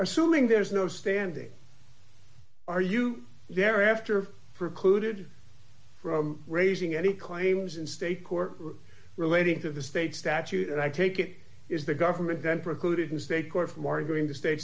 assuming there's no standing are you there after precluded from raising any claims in state court room relating to the state statute and i take it is the government then precluded in state court from arguing the state